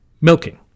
Milking